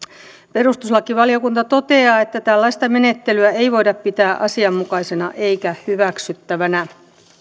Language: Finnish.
perustuslakivaliokunta toteaa että tällaista menettelyä ei voida pitää asianmukaisena eikä hyväksyttävänä